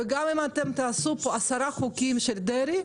וגם אם אתם תעשו פה 10 חוקים של דרעי,